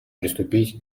приступить